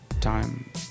time